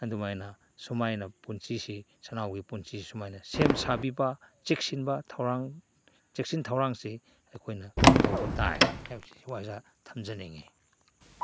ꯑꯗꯨꯃꯥꯏꯅ ꯁꯨꯃꯥꯏꯅ ꯄꯨꯟꯁꯤꯁꯤ ꯁꯟꯅꯥꯎꯒꯤ ꯄꯨꯟꯁꯤ ꯁꯨꯃꯥꯏꯅ ꯁꯦꯝ ꯁꯥꯕꯤꯕ ꯆꯦꯛꯁꯤꯟꯕ ꯊꯧꯔꯥꯡ ꯆꯦꯛꯁꯤꯟ ꯊꯧꯔꯥꯡꯁꯦ ꯑꯩꯈꯣꯏꯅ ꯇꯧꯕ ꯇꯥꯏ ꯍꯥꯏꯕꯁꯤ ꯁ꯭ꯋꯥꯏꯗ ꯊꯝꯖꯅꯤꯡꯏ